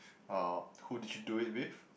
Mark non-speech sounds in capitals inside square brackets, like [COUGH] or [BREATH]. [BREATH] who did you do it with